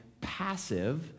passive